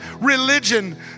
religion